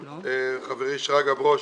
חברי שרגא ברוש.